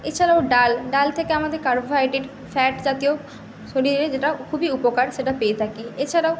এছাড়াও ডাল ডাল থেকে আমাদের কার্বোহাইড্রেড ফ্যাট জাতীয় শরীরে যেটা খুবই উপকার সেটা পেয়ে থাকি এছাড়াও